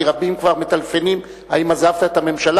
כי רבים כבר מטלפנים האם עזבת את הממשלה,